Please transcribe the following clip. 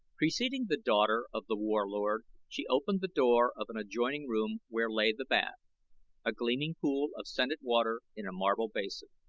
preceding the daughter of the warlord she opened the door of an adjoining room where lay the bath a gleaming pool of scented water in a marble basin.